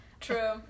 true